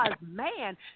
man